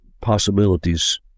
possibilities